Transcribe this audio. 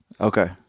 Okay